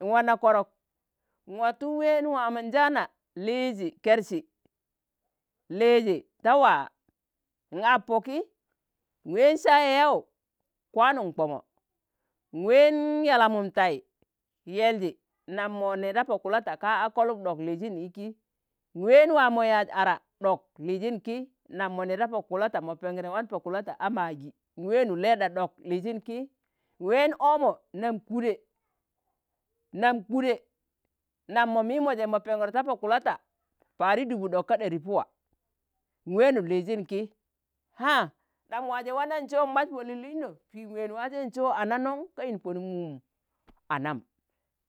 nwạana korok, nwatu ween waamonjaana liizi, kersi liizi ta wạa n ap poki nween sạa yau yau kwanun komo, nween yalamum tại, yelji, nam mo ne da po kulata ka a kolub ɗok, liizin iki, nween waa mo yaaz ara ɗok, lịizin ki nam mo ne da po kulata mo Pengre wan po kulata a magi nweenu leɗa ɗok liizin ki, nween omo nam kude, nam kude nam mo mimoje ma Pengur ta Po kulata padi ɗubu ɗok ka ɗari puwa, uweenu liizin ki ha!! ɗam waaje wananjo?. m mas Po la'lịino, ɗam waaje Pim ween wajen so, ana non? ka yin ponuk mum anam,